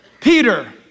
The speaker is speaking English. Peter